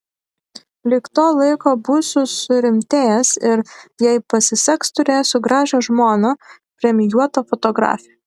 lig to laiko būsiu surimtėjęs ir jei pasiseks turėsiu gražią žmoną premijuotą fotografę